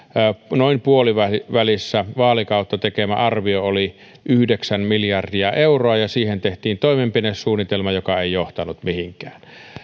noin puolivälissä vaalikautta tekemä arvio oli yhdeksän miljardia euroa ja siihen tehtiin toimenpidesuunnitelma joka ei johtanut mihinkään